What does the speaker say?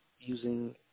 using